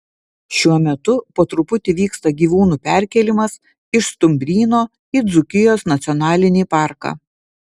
šiuo metu po truputį vyksta gyvūnų perkėlimas iš stumbryno į dzūkijos nacionalinį parką